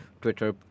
Twitter